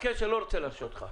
אני לא מרשה לך.